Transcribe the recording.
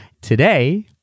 Today